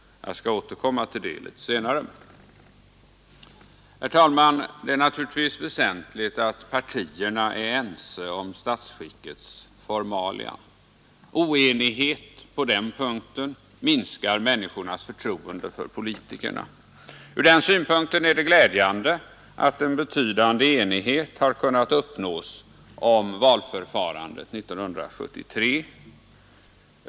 Jag skall återkomma till det litet längre fram. Herr talman! Det är naturligtvis väsentligt att partierna är ense om statsskickets formalia. Oenighet på den punkten minskar människornas förtroende för politikerna. Från den synpunkten är det glädjande att en betydande enighet har kunnat uppnås om valförfarandet 1973.